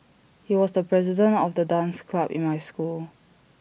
he was the president of the dance club in my school